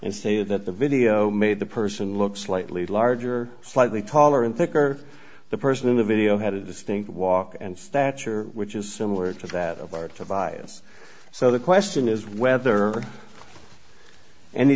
and say that the video made the person look slightly larger slightly taller and thicker the person in the video had a distinct walk and stature which is similar to that of our tobias so the question is whether any